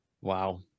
Wow